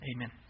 Amen